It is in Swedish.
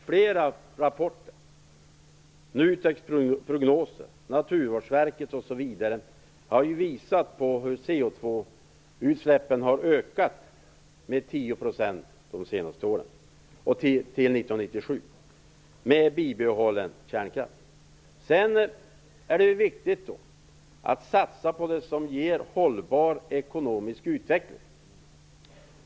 Flera rapporter - NUTEK:s prognoser och Naturvårdsverkets rapporter osv. - har ju nämligen visat att med bibehållen kärnkraft kommer CO2-utsläppen att öka med 10 % Sedan är det viktigt att satsa på det som ger hållbar ekonomisk utveckling.